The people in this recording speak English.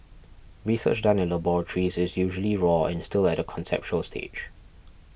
research done in laboratories is usually raw and still at a conceptual stage